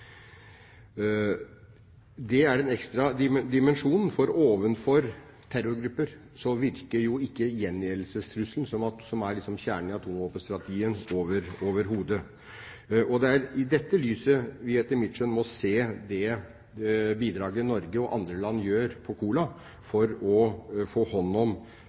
Det er den ekstra dimensjonen, for overfor terrorgrupper virker jo ikke gjengjeldelsestrusselen, som jo er kjernen i atomvåpenstrategien, overhodet. Det er i dette lyset vi etter mitt skjønn må se det bidraget Norge og andre land yter på Kola for å få hånd om